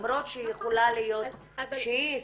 למרות שיכול להיות שהיא הסכימה.